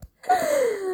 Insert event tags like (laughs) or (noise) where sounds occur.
(laughs)